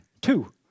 two